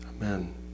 Amen